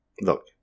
look